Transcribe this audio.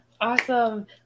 Awesome